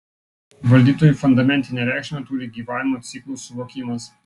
valdytojui fundamentinę reikšmę turi gyvavimo ciklų suvokimas